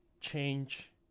change